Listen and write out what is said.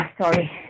sorry